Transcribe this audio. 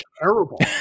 terrible